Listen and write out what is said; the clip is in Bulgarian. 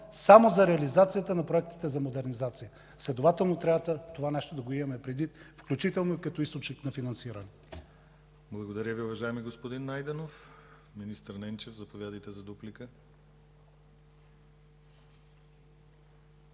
само за реализацията на проектите за модернизация. Следователно трябва това нещо да го имаме предвид, включително и като източник на финансиране. ПРЕДСЕДАТЕЛ ДИМИТЪР ГЛАВЧЕВ: Благодаря Ви, уважаеми господин Найденов. Министър Ненчев, заповядайте за дуплика.